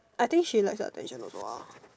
I think she like attention also ah